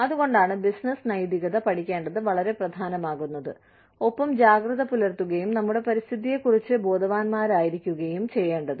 അതുകൊണ്ടാണ് ബിസിനസ്സ് നൈതികത പഠിക്കേണ്ടത് വളരെ പ്രധാനമാകുന്നത് ഒപ്പം ജാഗ്രത പുലർത്തുകയും നമ്മുടെ പരിസ്ഥിതിയെ കുറിച്ച് ബോധവാനായിരിക്കുകയും ചെയ്യേണ്ടത്